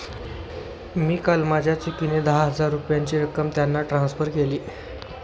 मी काल माझ्या चुकीने दहा हजार रुपयांची रक्कम त्यांना ट्रान्सफर केली